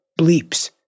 bleeps